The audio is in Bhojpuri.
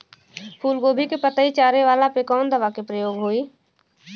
फूलगोभी के पतई चारे वाला पे कवन दवा के प्रयोग होई?